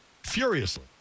Furiously